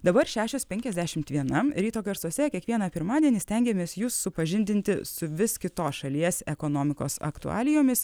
dabar šešios pekiasdešimt viena ryto garsuose kiekvieną pirmadienį stengiamės jus supažindinti su vis kitos šalies ekonomikos aktualijomis